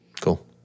Cool